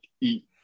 eat